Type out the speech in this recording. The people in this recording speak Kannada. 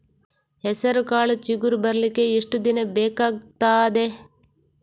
ಹೆಸರುಕಾಳು ಚಿಗುರು ಬರ್ಲಿಕ್ಕೆ ಎಷ್ಟು ದಿನ ಬೇಕಗ್ತಾದೆ?